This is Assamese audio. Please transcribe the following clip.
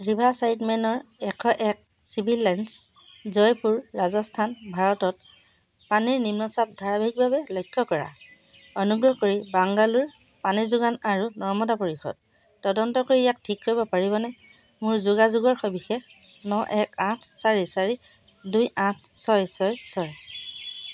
ৰিভাৰ্ইছাইড মেনৰ এশ এক চিভিল লাইন্স জয়পুৰ ৰাজস্থান ভাৰতত পানীৰ নিম্ন চাপ ধাৰাবাহিকভাৱে লক্ষ্য কৰা অনুগ্ৰহ কৰি বাংগালোৰ পানী যোগান আৰু নৰ্দমা পৰিষদ তদন্ত কৰি ইয়াক ঠিক কৰিব পাৰিবনে মোৰ যোগাযোগৰ সবিশেষ ন এক আঠ চাৰি চাৰি দুই আঠ ছয় ছয় ছয়